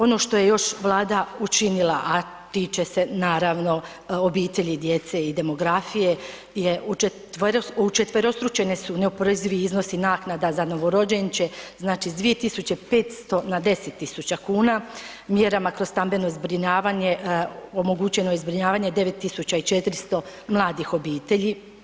Ono od, ono što je još Vlada učinila, a tiče se naravno obitelji i djece i demografije je učetverostručeni su neoporezivi iznosi naknada za novorođenče, znači s 2.500,00 na 10.000,00 kn, mjerama kroz stambeno zbrinjavanje omogućeno je zbrinjavanje 9400 mladih obitelji.